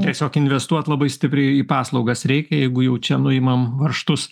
tiesiog investuot labai stipriai į paslaugas reikia jeigu jau čia nuimam varžtus